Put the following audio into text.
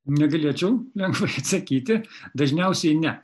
negalėčiau lengvai atsakyti dažniausiai ne